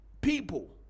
people